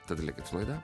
tada likit su laida